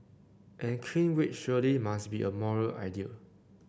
and clean wage surely must be a moral idea